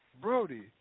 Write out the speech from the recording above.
Brody